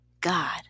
God